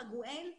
חגואל,